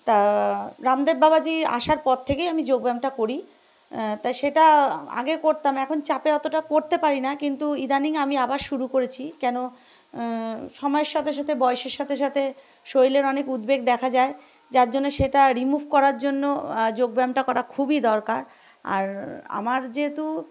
তা রামদেব বাবাজি আসার পর থেকেই আমি যোগব্যায়ামটা করি তা সেটা আগে করতাম এখন চাপে অতটা পড়তে পারি না কিন্তু ইদানিং আমি আবার শুরু করেছি কেন সময়ের সাথে সাথে বয়সের সাথে সাথে শরীরের অনেক উদ্বেগ দেখা যায় যার জন্যে সেটা রিমুভ করার জন্য যোগব্যায়ামটা করা খুবই দরকার আর আমার যেহেতু